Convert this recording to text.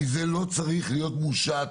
זה לא צריך להיות מושת